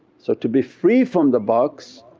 so to be free from the box,